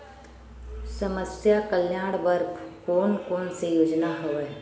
समस्या कल्याण बर कोन कोन से योजना हवय?